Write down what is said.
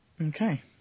Okay